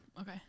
Okay